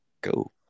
go